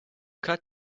cut